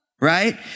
right